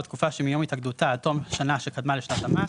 בתקופה שמיום התאגדותה עד תום השנה שקדמה לשנת המס,